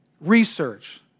research